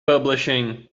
publishing